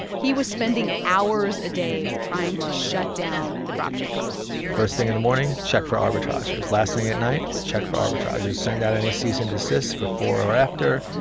he was spending hours a day trying to shut down the drop-shippers first thing in the morning, check for arbitrageurs. last thing at night, check for arbitrageurs, send out any cease and desists before or after.